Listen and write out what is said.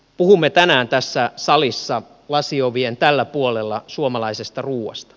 puhumme tänään tässä salissa lasiovien tällä puolella suomalaisesta ruuasta